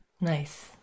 Nice